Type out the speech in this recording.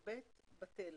או (ב) בטל.